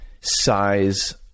size